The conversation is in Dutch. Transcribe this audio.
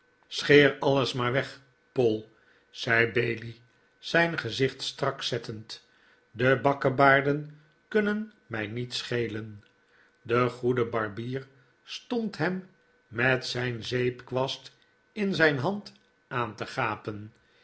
scheer alles maar weg poll zei bailey zijn gezicht strak zettend de bakkebaarden kunnen mij niet schelen de goede barbier stqnd hem met zijn zeepkwast in zijn hand aan te gapen